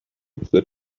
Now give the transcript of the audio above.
that